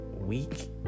week